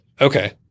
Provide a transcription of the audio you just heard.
Okay